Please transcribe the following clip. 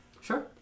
Sure